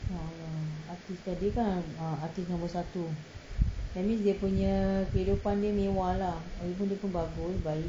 a'ah lah artiste tadi kan ah artiste nombor satu I mean dia punya kehidupan dia mewah lah lagipun dia bagus baik